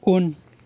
उन